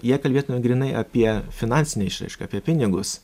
jei kalbėtume grynai apie finansinę išraišką apie pinigus